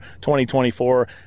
2024